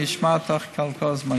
אני אשמע אותך כל הזמן.